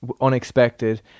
unexpected